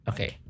Okay